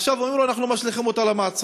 עכשיו אומרים לו: אנחנו משליכים אותך למעצר.